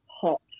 hot